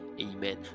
Amen